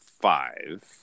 five